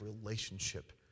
relationship